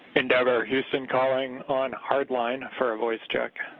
endeavor houston calling on hard line for a voice check.